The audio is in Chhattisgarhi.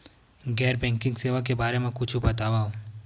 गैर बैंकिंग सेवा के बारे म कुछु बतावव?